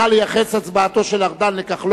נא לייחס את הצבעתו של השר ארדן לכחלון.